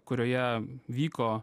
kurioje vyko